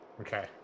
Okay